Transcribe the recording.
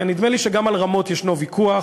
נדמה לי שגם על רמות יש ויכוח.